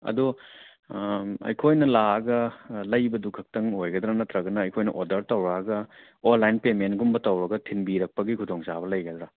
ꯑꯗꯣ ꯑꯥ ꯑꯩꯈꯣꯏꯅ ꯂꯥꯛꯂꯒ ꯑꯥ ꯂꯩꯕꯗꯨ ꯈꯛꯇꯪ ꯑꯣꯏꯒꯗ꯭ꯔꯣ ꯅꯠꯇ꯭ꯔꯒꯅ ꯑꯩꯈꯣꯏꯅ ꯑꯣꯗꯔ ꯇꯧꯔꯛꯂꯒ ꯑꯣꯟꯂꯥꯏꯟ ꯄꯦꯃꯦꯟꯒꯨꯝꯕ ꯇꯧꯔꯒ ꯊꯤꯟꯕꯤꯔꯛꯄꯒꯤ ꯈꯨꯗꯣꯡ ꯆꯥꯕ ꯂꯩꯒꯗ꯭ꯔꯥ